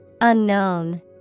Unknown